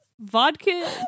vodka